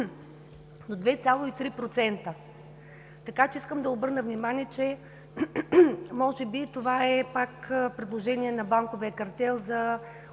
до 2,3%. Така че искам да обърна внимание, че може би това е пак предложение на банковия картел за